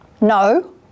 No